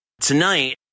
Tonight